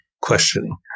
questioning